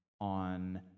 on